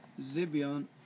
Zibion